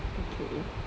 okay okay